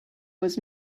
was